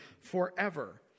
forever